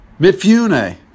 Mifune